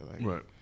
Right